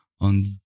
on